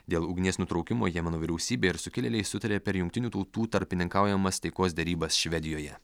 dėl ugnies nutraukimo jemeno vyriausybė ir sukilėliai sutarė per jungtinių tautų tarpininkaujamas taikos derybas švedijoje